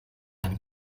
ein